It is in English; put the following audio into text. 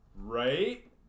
Right